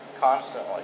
constantly